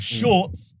shorts